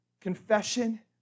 confession